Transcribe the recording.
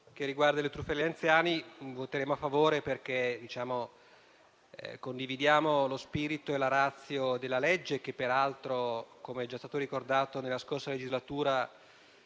che riguarda le truffe nei confronti degli anziani. Voteremo a favore perché condividiamo lo spirito e la *ratio* della legge, che peraltro - com'è già stato ricordato - nella scorsa legislatura